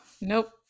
Nope